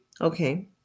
Okay